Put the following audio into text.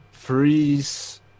Freeze